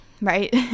right